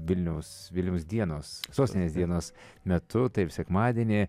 vilniaus vilniaus dienos sostinės dienos metu taip sekmadienį